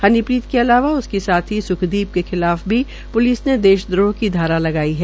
हनीप्रीत के अलावा उसकी साथी स्खदीप के खिलाफ भी प्लिस ने देश द्रोह की धारा लगाई है